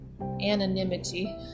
anonymity